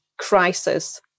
crisis